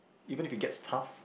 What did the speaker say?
even if it gets tough